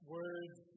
words